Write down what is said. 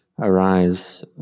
arise